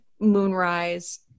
moonrise